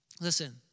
Listen